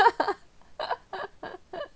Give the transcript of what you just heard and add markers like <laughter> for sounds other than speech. <laughs>